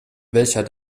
welcher